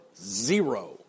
Zero